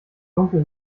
dunkel